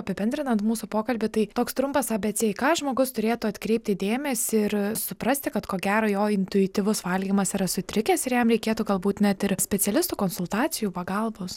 apibendrinant mūsų pokalbį tai toks trumpas a bė cė į ką žmogus turėtų atkreipti dėmesį ir suprasti kad ko gero jo intuityvus valgymas yra sutrikęs ir jam reikėtų galbūt net ir specialistų konsultacijų pagalbos